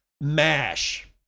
MASH